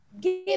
give